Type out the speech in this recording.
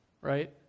Right